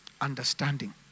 understanding